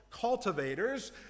cultivators